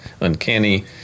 uncanny